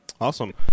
Awesome